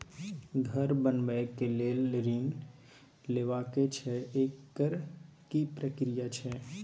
घर बनबै के लेल ऋण लेबा के छै एकर की प्रक्रिया छै?